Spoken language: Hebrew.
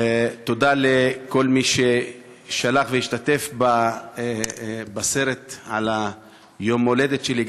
תודה לכל מי ששלח והשתתף בסרט על יום-ההולדת שלי,